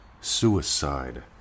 suicide